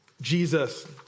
Jesus